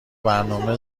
برنامه